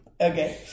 Okay